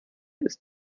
ist